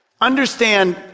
Understand